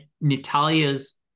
Natalia's